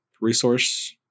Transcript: resource